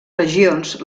regions